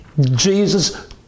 Jesus